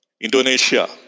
Indonesia